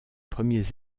premiers